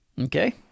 Okay